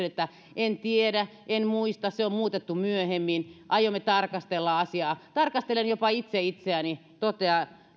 että en tiedä en muista se on muutettu myöhemmin tai aiomme tarkastella asiaa tarkastelen jopa itse itseäni toteaa